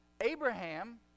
Abraham